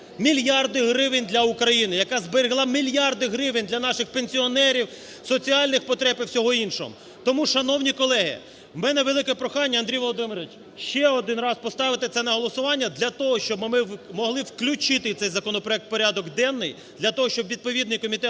мільярди гривень для України, яка зберегла мільярди гривень для наших пенсіонерів, соціальних потреб і всього іншого. Тому, шановні колеги, в мене велике прохання, Андрій Володимирович, ще один раз поставити це на голосування, для того щоб ми могли включити цей законопроект у порядок денний, для того, щоб відповідний комітет